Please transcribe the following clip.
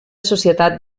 societat